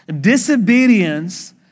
Disobedience